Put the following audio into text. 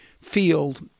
field